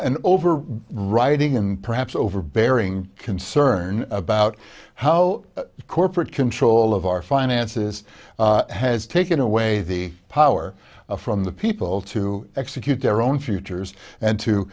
and over writing and perhaps overbearing concern about how corporate control of our finances has taken away the power from the people to execute their own futures and